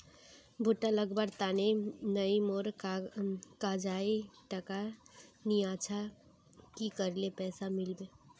भुट्टा लगवार तने नई मोर काजाए टका नि अच्छा की करले पैसा मिलबे?